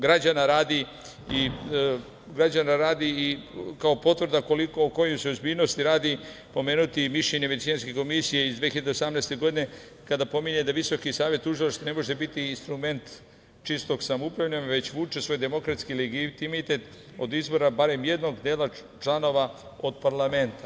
Građana radi i kao potvrda o kojoj se ozbiljnosti radi, pomenuti mišljenje Venecijanske komisije iz 2018. godine kada pominje da Visoki savet tužilaca ne može biti instrument čistog samoupravljanja već vuče svoje demokratski legitimitet od izbora barem jednog dela članova od parlamenta.